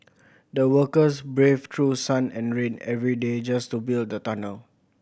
the workers braved through sun and rain every day just to build the tunnel